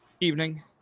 Evening